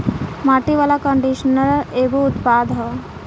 माटी वाला कंडीशनर एगो उत्पाद ह